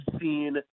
seen